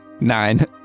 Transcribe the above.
Nine